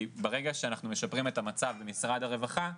כי ברגע שאנחנו משפרים את המצב במשרד הרווחה,